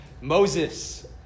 Moses